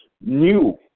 new